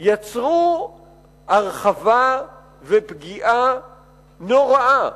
יצרו הרחבה ופגיעה נוראה.